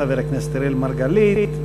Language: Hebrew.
חבר הכנסת אראל מרגלית,